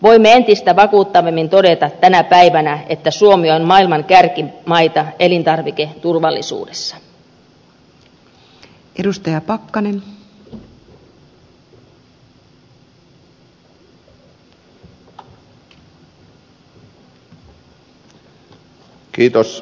voimme entistä vakuuttavammin todeta tänä päivänä että suomi on maailman kärkimaita elintarviketurvallisuudessa